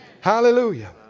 Hallelujah